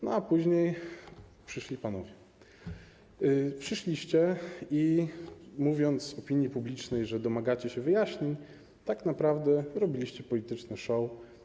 No a później przyszli panowie, przyszliście panowie i mówiąc opinii publicznej, że domagacie się wyjaśnień, tak naprawdę robiliście polityczne show.